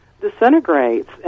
disintegrates